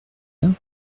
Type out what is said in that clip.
pour